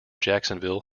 jacksonville